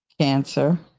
Cancer